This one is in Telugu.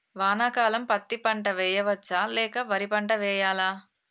వానాకాలం పత్తి పంట వేయవచ్చ లేక వరి పంట వేయాలా?